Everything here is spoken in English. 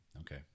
Okay